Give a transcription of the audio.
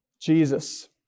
Jesus